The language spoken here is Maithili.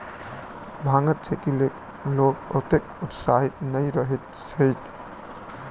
भांगक खेतीक लेल लोक ओतेक उत्साहित नै रहैत छैथ